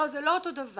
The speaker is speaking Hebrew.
לא, זה לא אותו דבר.